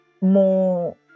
more